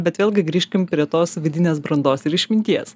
bet vėlgi grįžkim prie tos vidinės brandos ir išminties